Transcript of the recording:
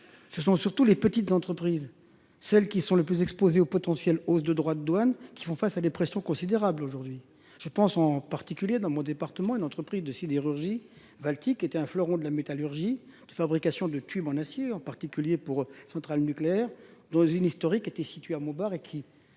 Ce sont surtout les petites entreprises, celles qui sont les plus exposées au potentiel hausse de droits de douane, qui font face à des pressions considérables aujourd'hui. Je pense en particulier dans mon département, une entreprise de sidérurgie baltique était un fleuron de la métallurgie de fabrication de tubes en acier, en particulier pour centrales nucléaires dont une historique était située à Montbar et qui